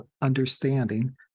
understanding